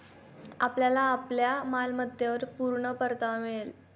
आपल्याला आपल्या मालमत्तेवर पूर्ण परतावा मिळेल